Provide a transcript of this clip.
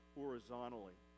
horizontally